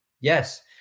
yes